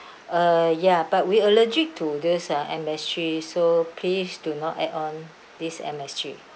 uh ya but we allergic to this uh M_S_G so please do not add on this M_S_G